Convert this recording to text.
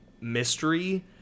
mystery